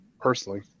personally